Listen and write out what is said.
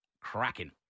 cracking